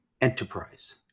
enterprise